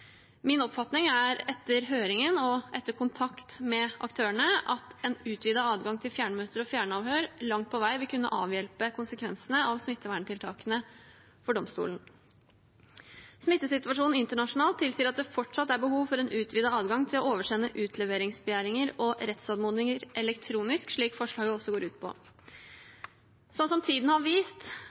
Min oppfatning etter høringen og kontakt med aktørene er at en utvidet adgang til fjernmøter og fjernavhør langt på vei vil kunne avhjelpe konsekvensene av smitteverntiltakene for domstolene. Smittesituasjonen internasjonalt tilsier at det fortsatt er behov for en utvidet adgang til å oversende utleveringsbegjæringer og rettsanmodninger elektronisk, slik forslaget også går ut på. Slik tiden har vist,